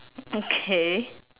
okay